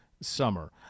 summer